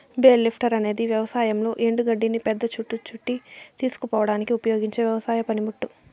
bale lifter అనేది వ్యవసాయంలో ఎండు గడ్డిని పెద్ద చుట్ట చుట్టి తీసుకుపోవడానికి ఉపయోగించే వ్యవసాయ పనిముట్టు